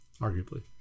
arguably